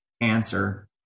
answer